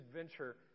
adventure